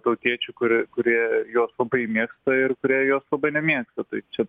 tautiečių kuri kurie juos labai mėgsta ir kurie juos labai nemėgsta tai čia